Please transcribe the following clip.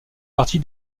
partie